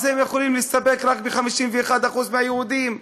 הם יכולים להסתפק רק ב-51% מהיהודים,